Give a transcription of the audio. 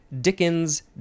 Dickens